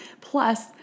Plus